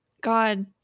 God